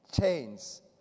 chains